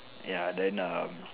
ya then um